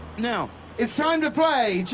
now it's time to play